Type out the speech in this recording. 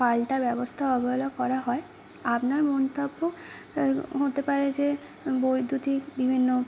পাল্টা ব্যবস্থা অবহেলা করা হয় আপনার মন্তব্য হতে পারে যে বৈদ্যুতিক বিভিন্ন